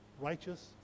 righteous